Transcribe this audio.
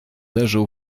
leżą